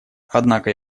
однако